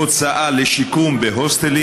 הוצאה לשיקום בהוסטלים,